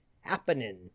happening